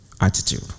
attitude